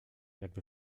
jakby